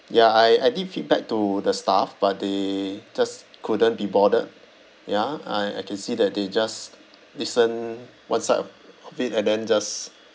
ya I I did feedback to the staff but they just couldn't be bothered ya I I can see that they just listen one side of of it and then just